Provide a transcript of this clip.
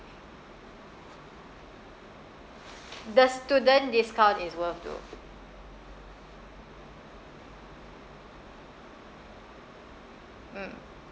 the student discount is worth though mm